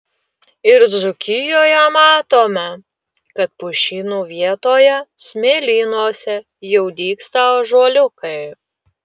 ir dzūkijoje matome kad pušynų vietoje smėlynuose jau dygsta ąžuoliukai